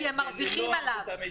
כי הם מרוויחים עליו.